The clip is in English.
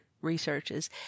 researches